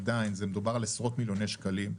עדיין, מדובר על עשרות מיליוני שקלים.